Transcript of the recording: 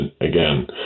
again